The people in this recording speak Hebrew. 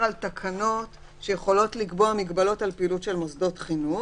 תקנות שיכולות לקבוע מגבלות על פעילות של מוסדות חינוך